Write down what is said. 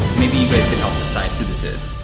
maybe you guys could help decide who this is.